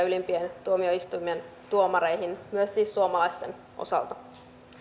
ylimpien tuomioistuimien tuomareihin siis myös suomalaisten osalta